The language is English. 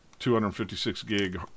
256-gig